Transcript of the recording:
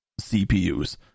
CPUs